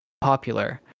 popular